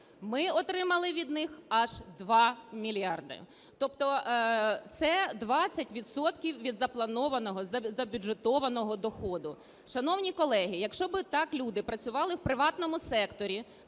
Ми отримали від них аж 2 мільярди. Тобто це 20 відсотків від запланованого, забюджетованого доходу. Шановні колеги, якщо би так люди працювали в приватному секторі,